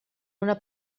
una